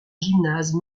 gymnase